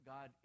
God